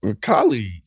colleague